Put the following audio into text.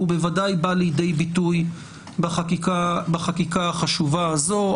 הוא בוודאי בא לידי ביטוי בחקיקה החשובה הזו.